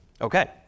Okay